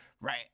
Right